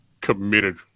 committed